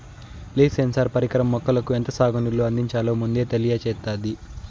leaf sensor పరికరం మొక్కలకు ఎంత సాగు నీళ్ళు అందించాలో ముందే తెలియచేత్తాది